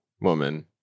woman